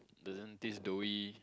doesn't taste doughy